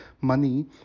money